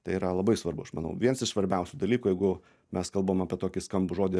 tai yra labai svarbus aš manau viens iš svarbiausių dalykų jeigu mes kalbam apie tokį skambų žodį